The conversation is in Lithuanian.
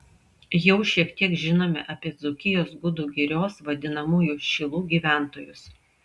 jau šiek tiek žinome apie dzūkijos gudų girios vadinamųjų šilų gyventojus